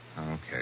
Okay